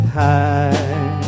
high